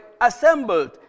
assembled